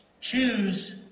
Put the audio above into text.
Choose